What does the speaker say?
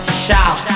shout